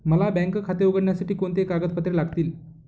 मला बँक खाते उघडण्यासाठी कोणती कागदपत्रे लागतील?